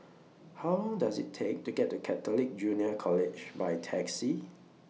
How Long Does IT Take to get to Catholic Junior College By Taxi